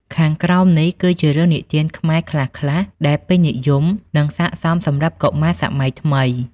ខាងក្រោមនេះ គឺជារឿងនិទានខ្មែរខ្លះៗ ដែលពេញនិយម និងស័ក្តិសមសម្រាប់កុមារសម័យថ្មី។